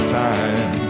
time